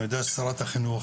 אני יודע ששרת החינוך,